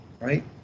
Right